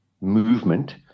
movement